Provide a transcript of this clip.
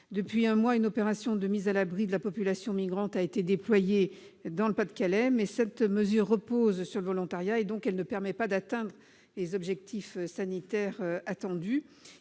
Depuis un mois, une opération de mise à l'abri de la population migrante a été déployée dans le Pas-de-Calais, mais cette mesure repose sur le volontariat, ce qui ne permet pas d'atteindre les objectifs sanitaires visés.